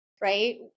right